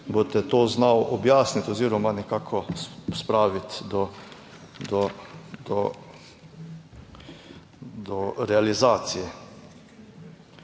boste to znali objasniti oziroma nekako spraviti do realizacije.